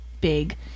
big